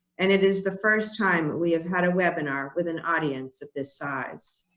and it is the first time we have had a webinar with an audience of this size.